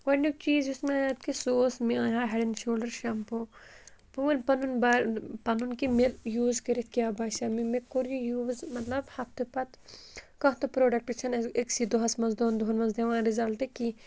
گۄڈنیُک چیٖز یُس مےٚ کہِ سُہ اوس مےٚ اَنیو ہٮ۪ڈ اینٛڈ شولڈَر شَمپوٗ بہٕ وَنہٕ پَنُن بہ پَنُن کہِ مےٚ یوٗز کٔرِتھ کیٛاہ باسیو مےٚ مےٚ کوٚر یہِ یوٗز مطلب ہَفتہٕ پَتہٕ کانٛہہ تہِ پرٛوڈَکٹ چھَنہٕ اَسہِ أکۍسٕے دۄہَس منٛز دۄن دۄہَن منٛز دِوان رِزَلٹ کینٛہہ